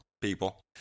people